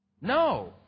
No